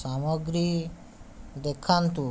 ସାମଗ୍ରୀ ଦେଖାନ୍ତୁ